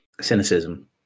cynicism